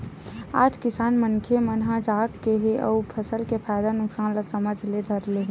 आज किसान मनखे मन ह जाग गे हे अउ फसल के फायदा नुकसान ल समझे ल धर ले हे